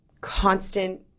constant